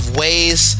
ways